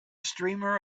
streamer